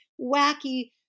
wacky